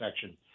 section